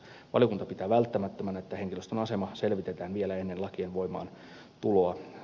valiokunta pitää välttämättömänä että henkilöstön asema selvitetään vielä ennen lakien voimaantuloa